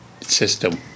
system